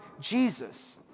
Jesus